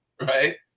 right